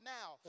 now